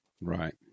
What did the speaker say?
Right